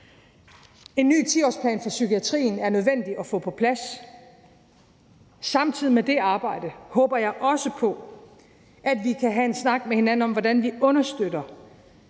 En ny 10-årsplan for psykiatrien er nødvendig at få på plads. Samtidig med det arbejde håber jeg også på at vi kan have en snak med hinanden om, hvordan vi understøtter